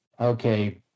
okay